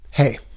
Hey